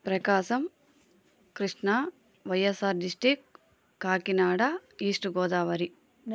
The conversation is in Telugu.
Prakasam Krishna YSR district Kakinada east Godavari